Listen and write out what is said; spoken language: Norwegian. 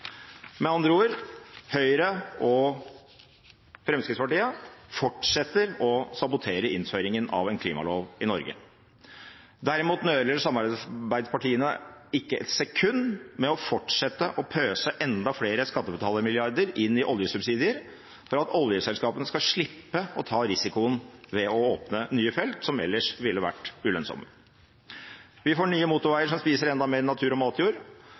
Med andre ord: Høyre og Fremskrittspartiet fortsetter å sabotere innføringen av en klimalov i Norge. Derimot nøler samarbeidspartiene ikke et sekund med å fortsette å pøse enda flere skattebetalermilliarder inn i oljesubsidier for at oljeselskapene skal slippe å ta risikoen ved å åpne nye felt som ellers ville vært ulønnsomme. Vi får nye motorveier, som spiser enda mer natur og matjord,